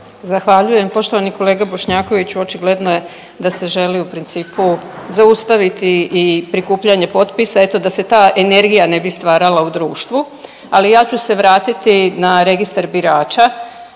Zahvaljujem. Poštovani kolega Bošnjaković, očigledno je da se želi u principu zaustaviti i prikupljanje potpisa, eto da se ta energija ne bi stvarala u društvu, ali ja ću se vratiti na registar birača